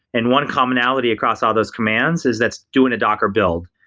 and one commonality across all those commands is that's doing a docker build.